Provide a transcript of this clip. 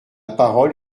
parole